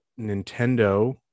Nintendo